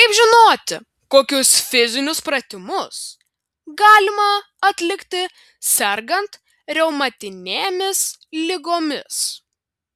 kaip žinoti kokius fizinius pratimus galima atlikti sergant reumatinėmis ligomis